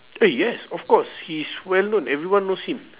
eh yes of course he's well known everyone knows him